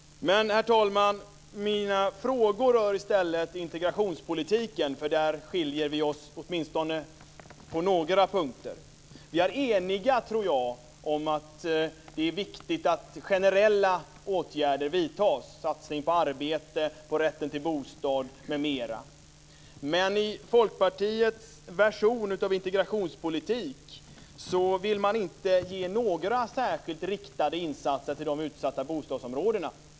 Mina frågor rör i stället integrationspolitiken, för där skiljer vi oss åtminstone på några punkter. Jag tror att vi är eniga om att det är viktigt att generella åtgärder vidtas, satsning på arbete, på rätten till bostad m.m. Men i Folkpartiets version av integrationspolitik vill man inte ge några särskilt riktade insatser till de utsatta bostadsområdena.